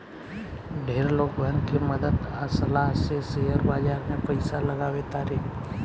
ढेर लोग बैंक के मदद आ सलाह से शेयर बाजार में पइसा लगावे तारे